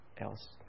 else